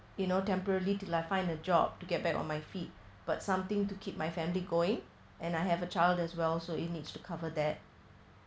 you know temporary till I find a job to get back on my feet but something to keep my family going and I have a child as well so it needs to cover that